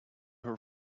her